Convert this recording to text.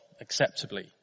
acceptably